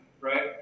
right